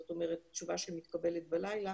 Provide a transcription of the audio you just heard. זאת אומרת, תשובה שמתקבלת בלילה